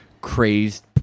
crazed